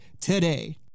today